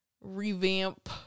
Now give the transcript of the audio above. Revamp